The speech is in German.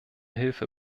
hilfe